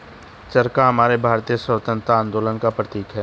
चरखा हमारे भारतीय स्वतंत्रता आंदोलन का प्रतीक है